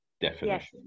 definition